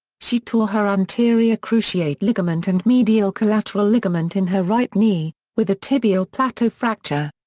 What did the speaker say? she tore her anterior cruciate ligament and medial collateral ligament in her right knee, with a tibial plateau fracture.